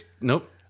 Nope